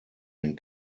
den